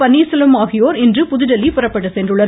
பன்னீாசெல்வம் ஆகியோர் இன்று புதுதில்லி புறப்பட்டு சென்றுள்ளனர்